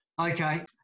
Okay